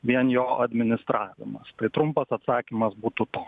vien jo administravimas tai trumpas atsakymas būtų toks